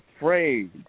afraid